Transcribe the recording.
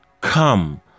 Come